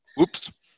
Oops